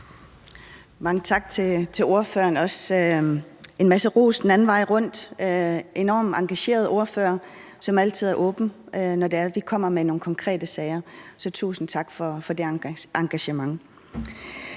Mange tak til ordføreren, og også en masse ros den anden vej rundt. Det er enormt engageret ordfører, som altid er åben, når vi kommer med nogle konkrete sager. Så tusind tak for det engagement.